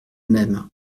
même